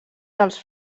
dels